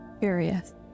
Curious